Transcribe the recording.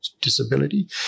disability